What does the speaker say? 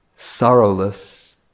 Sorrowless